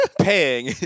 paying